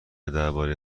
درباره